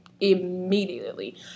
Immediately